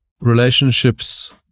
relationships